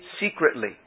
secretly